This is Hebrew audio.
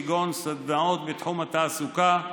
כגון סדנאות בתחום התעסוקה,